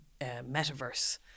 metaverse